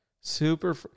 Super